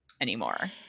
anymore